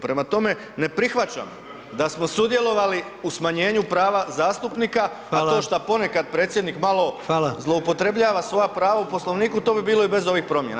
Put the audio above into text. Prema tome, ne prihvaćam da smo sudjelovali u smanjenju prava zastupnika, a to šta ponekad predsjednik malo zloupotrebljava svoja prava u Poslovniku to bi bilo i bez ovih promjena.